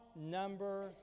number